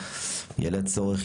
יעלה צורך,